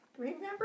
remember